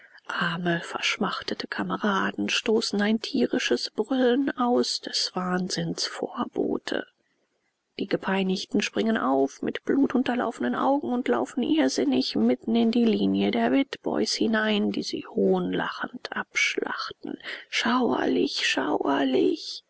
arme verschmachtete kameraden stoßen ein tierisches brüllen aus des wahnsinns vorbote die gepeinigten springen auf mit blutunterlaufenen augen und laufen irrsinnig mitten in die linie der witbois hinein die sie hohnlachend abschlachten schauerlich schauerlich